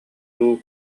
дуу